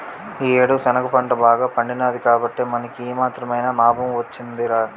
ఈ యేడు శనగ పంట బాగా పండినాది కాబట్టే మనకి ఈ మాత్రమైన నాబం వొచ్చిందిరా